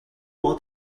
ought